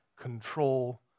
control